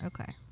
Okay